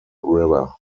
river